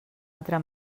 altra